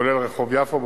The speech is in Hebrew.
כולל רחוב יפו,